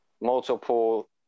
multiple